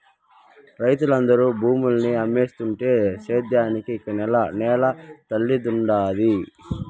రైతులందరూ భూముల్ని అమ్మేస్తుంటే సేద్యానికి ఇక నేల తల్లేడుండాది